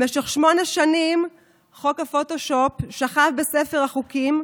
במשך שמונה שנים חוק הפוטושופ שכב בספר החוקים,